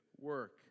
work